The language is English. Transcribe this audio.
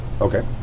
Okay